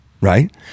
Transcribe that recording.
Right